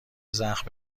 زخم